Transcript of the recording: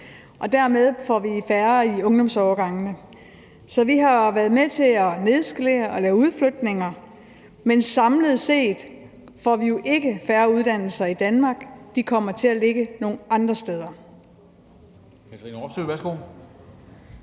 og dermed får vi færre i ungdomsårgangene. Så vi har været med til at nedskalere og lave udflytninger, men samlet set får vi jo ikke færre uddannelser i Danmark. De kommer til at ligge nogle andre steder.